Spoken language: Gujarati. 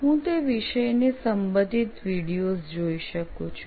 તો હું તે વિષયને સંબંધિત વિડિઓઝ જોઈ શકું છું